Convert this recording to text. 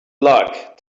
luck